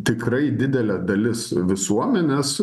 tikrai didelė dalis visuomenės